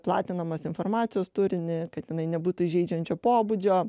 platinamos informacijos turinį kad jinai nebūtų įžeidžiančio pobūdžio